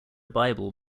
bible